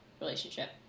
relationship